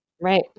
Right